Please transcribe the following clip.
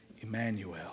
Emmanuel